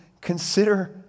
consider